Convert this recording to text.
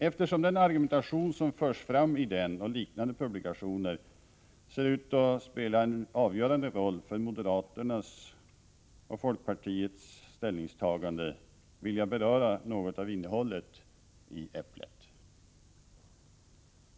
Eftersom den argumentation som förs fram i den och liknande publikationer ser ut att spela en avgörande roll för moderata samlingspartiets och folkpartiets ställningstaganden vill jag beröra något av innehållet i Äpplet.